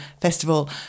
Festival